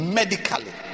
medically